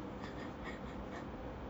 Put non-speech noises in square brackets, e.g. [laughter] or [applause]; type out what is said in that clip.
[laughs]